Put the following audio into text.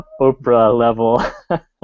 Oprah-level